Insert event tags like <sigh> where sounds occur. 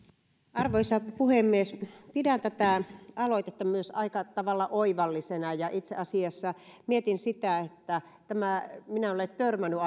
arvoisa puhemies pidän tätä aloitetta myös aika tavalla oivallisena ja itse asiassa mietin sitä että minä en ole törmännyt <unintelligible>